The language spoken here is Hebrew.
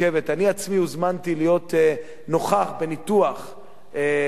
אני עצמי הוזמנתי להיות נוכח בניתוח ב"הדסה",